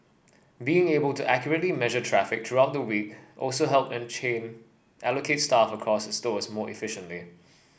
being able to accurately measure traffic throughout the week also helped the chain allocate staff across its stores more efficiently